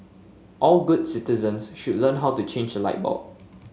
all good citizens should learn how to change a light bulb